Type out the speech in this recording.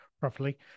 properly